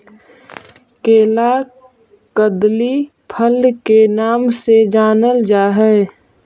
केला कदली फल के नाम से जानल जा हइ